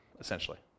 essentially